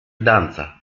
danza